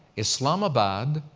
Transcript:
islamabad,